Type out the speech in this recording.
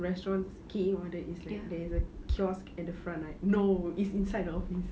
restaurant key in orders is like there's a kiosk at the front right no it's inside the office